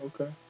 Okay